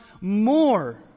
more